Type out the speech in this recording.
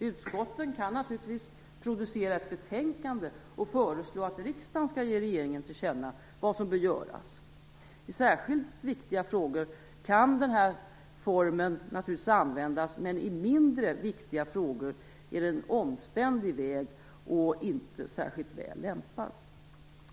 Utskotten kan naturligtvis producera ett betänkande och föreslå att riksdagen skall ge regeringen till känna vad som bör göras. I särskilt viktiga frågor kan den här formen naturligtvis användas, men i mindre viktiga frågor är det en omständlig och inte särskilt väl lämpad väg.